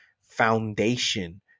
foundation